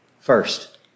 First